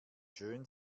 schön